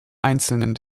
einzelnen